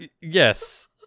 yes